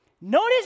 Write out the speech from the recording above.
Notice